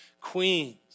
queens